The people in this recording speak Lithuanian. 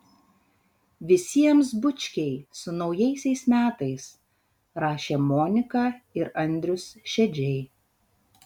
visiems bučkiai su naujaisiais metais rašė monika ir andrius šedžiai